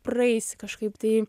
praeisi kažkaip tai